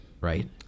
right